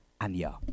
Anya